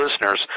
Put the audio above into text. listeners